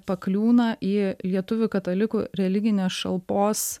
pakliūna į lietuvių katalikų religinės šalpos